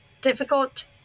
difficult